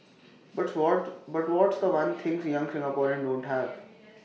but what but what's The One things young Singaporeans don't have